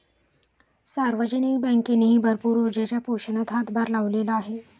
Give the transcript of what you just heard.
सार्वजनिक बँकेनेही भरपूर ऊर्जेच्या पोषणात हातभार लावलेला आहे